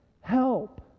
help